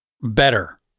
better